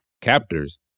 Captors